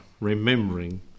remembering